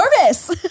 nervous